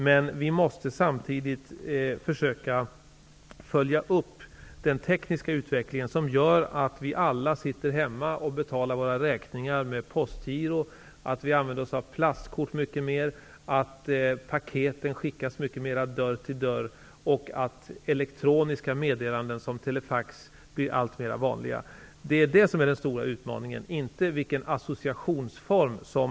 Men vi måste samtidigt försöka följa upp den tekniska utveckling som gör att vi alla sitter hemma och betalar våra räkningar med postgiro, använder oss av plastkort mycket mer, att pakteten i större utsträckning skickas dörr till dörr och att elektroniska meddelanden, såsom telefax, blir alltmer vanliga. Det är detta som är den stora utmaningen, inte vilken associationsform som